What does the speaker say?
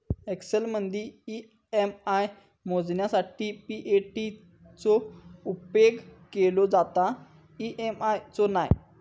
एक्सेलमदी ई.एम.आय मोजूच्यासाठी पी.ए.टी चो उपेग केलो जाता, ई.एम.आय चो नाय